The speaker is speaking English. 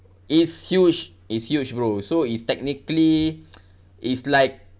it's huge it's huge bro so it's technically is like